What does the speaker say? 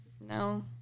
No